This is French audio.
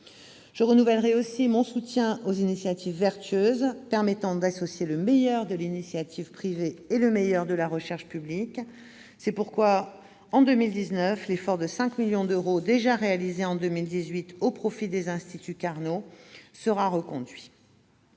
Je renouvellerai aussi mon soutien aux initiatives vertueuses permettant d'associer le meilleur de l'initiative privée et le meilleur de la recherche publique. C'est pourquoi, en 2019, l'effort de 5 millions d'euros déjà réalisé en 2018 au profit des instituts Carnot sera reconduit.